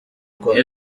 kwa